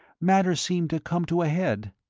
matters seemed to come to a head.